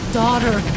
daughter